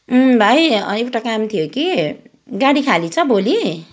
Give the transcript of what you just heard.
भाइ एउटा काम थियो कि गाडी खाली छ भोलि